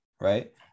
right